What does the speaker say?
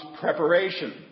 preparation